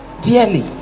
dearly